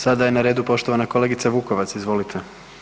Sada je na redu poštovana kolegica Vukovac, izvolite.